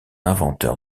inventeur